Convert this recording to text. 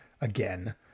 again